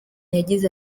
yagize